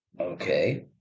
Okay